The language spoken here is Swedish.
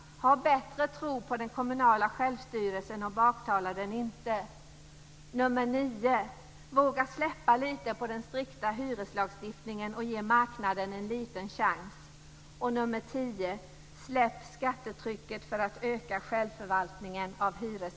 Ha bättre tro på den kommunala självstyrelsen och baktala den inte. 9. Våga släppa lite på den strikta hyreslagstiftningen och ge marknaden en liten chans.